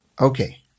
Okay